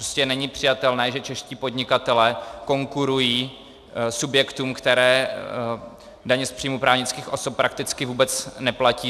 Prostě není přijatelné, že čeští podnikatelé konkurují subjektům, které daně z příjmu právnických osob prakticky vůbec neplatí.